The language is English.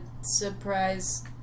surprise